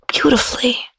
beautifully